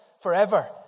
forever